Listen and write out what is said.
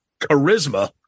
Charisma